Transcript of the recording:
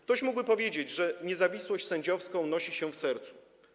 Ktoś mógłby powiedzieć, że niezawisłość sędziowską nosi się w sercu.